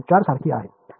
4 सारखी आहे